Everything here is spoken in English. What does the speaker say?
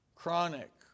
Chronic